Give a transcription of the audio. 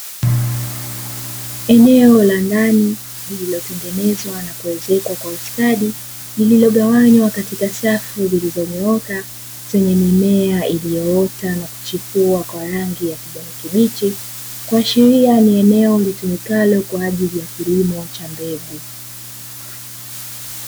Eneo la ndani lililotengenezwa na kuezekwa kwa ustadi, lililogawanywa katika safu zilizonyooka zenye mimea, iliyoota na kuchipua kwa rangi ya kijani kibichi kuashiria ni eneo litumikalo kwa kilimo cha mbegu.